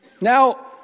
Now